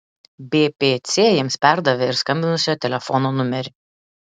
bpc jiems perdavė ir skambinusiojo telefono numerį